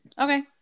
Okay